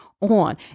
on